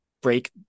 break